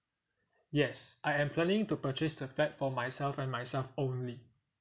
yes I am planning to purchase the flat for myself my myself only